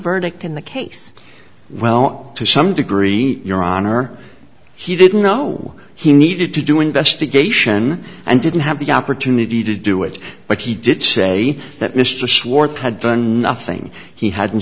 verdict in the case well to some degree your honor he didn't know he needed to do investigation and didn't have the opportunity to do it but he did say that mr schwarz had done nothing he had